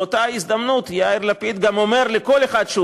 באותה הזדמנות יאיר לפיד גם אומר לכל אחד שהוא